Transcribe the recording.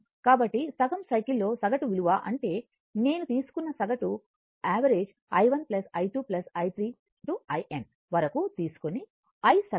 కాబట్టి సగం సైకిల్లో సగటు విలువ అంటే నేను తీసుకున్న సగటు Iఆవరేజ్ i1 I2 i3 i n వరకు కు తీసుకోని I సగటు